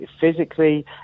physically